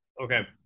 Okay